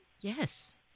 Yes